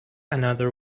another